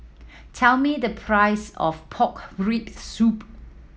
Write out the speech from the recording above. tell me the price of pork rib soup